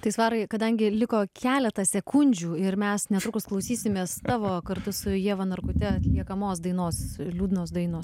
tai svarai kadangi liko keletas sekundžių ir mes netrukus klausysimės tavo kartu su ieva narkute atliekamos dainos liūdnos daino